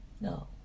No